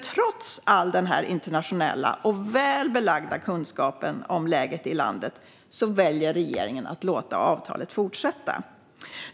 Trots all denna internationella och väl belagda kunskap om läget i landet väljer regeringen att låta avtalet fortsätta.